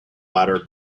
latter